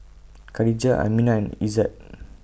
Khadija Aminah and Izzat